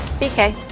BK